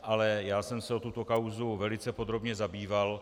Ale já jsem se touto kauzou velice podrobně zabýval.